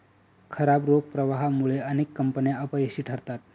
खराब रोख प्रवाहामुळे अनेक कंपन्या अपयशी ठरतात